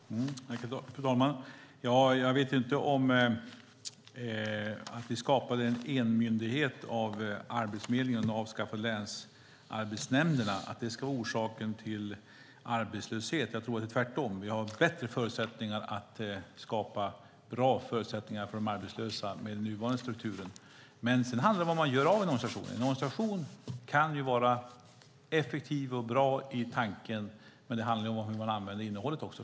Fru talman! Jag vet inte om det faktum att vi skapade en myndighet av Arbetsförmedlingen och avskaffade länsarbetsnämnderna skulle vara orsaken till arbetslösheten. Jag tror att det är tvärtom. Vi har bättre möjligheter att skapa bra förutsättningar för de arbetslösa med den nuvarande strukturen. Sedan handlar det om vad man gör av en organisation. En organisation kan vara effektiv och bra i tanken, men det handlar också om hur man använder innehållet.